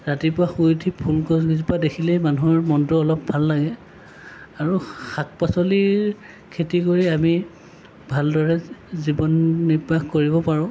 ৰাতিপুৱা শুই উঠি ফুল গছকেইজোপা দেখিলে মানুহৰ মনটো অলপ ভাল লাগে আৰু শাক পাচলিৰ খেতি কৰি আমি ভালদৰে জীৱন নিৰ্বাহ কৰিব পাৰোঁ